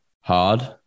hard